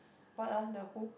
what ah the who